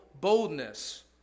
boldness